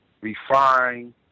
refine